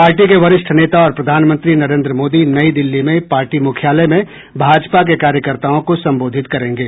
party के वरिष्ठ नेता और प्रधानमंत्री नरेन्द्र मोदी नई दिल्ली में पार्टी मुख्यालय में भाजपा के कार्यकर्ताओं को संबोधित करेंगे